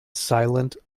silent